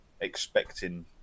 expecting